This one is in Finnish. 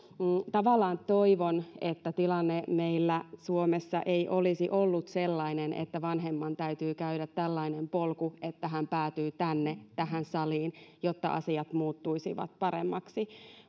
tavallaan toivon että tilanne meillä suomessa ei olisi ollut sellainen että vanhemman täytyy käydä tällainen polku että hän päätyy tänne tähän saliin jotta asiat muuttuisivat paremmaksi